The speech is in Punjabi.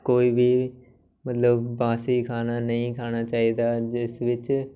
ਕੋਈ ਵੀ ਮਤਲਬ ਬਾਸੀ ਖਾਣਾ ਨਹੀਂ ਖਾਣਾ ਚਾਹੀਦਾ ਜਿਸ ਵਿੱਚ